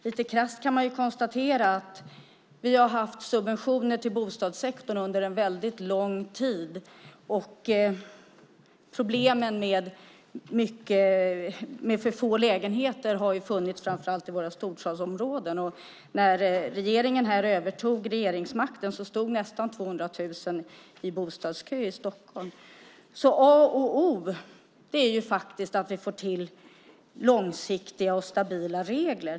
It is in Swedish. Lite krasst kan man konstatera att det har funnits subventioner i bostadssektorn under lång tid, och problemen med för få lägenheter har funnits i framför allt våra storstadsområden. När regeringen övertog regeringsmakten stod nästan 200 000 i bostadskö i Stockholm. A och O är att vi får till långsiktiga och stabila regler.